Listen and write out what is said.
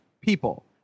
people